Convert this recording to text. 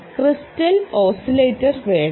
crystal oscillator വേണം